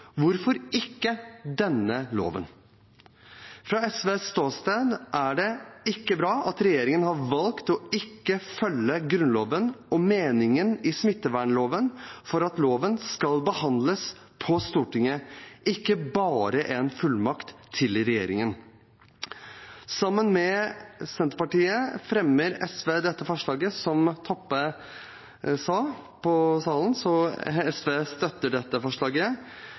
Hvorfor ikke denne loven? Fra SVs ståsted er det ikke bra at regjeringen har valgt å ikke følge Grunnloven og smittevernloven slik den er ment, at loven skal behandles på Stortinget – ikke bare en fullmakt til regjeringen. Sammen med Senterpartiet fremmer SV dette forslaget, som Toppe sa. Så SV støtter dette forslaget,